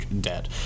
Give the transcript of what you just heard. debt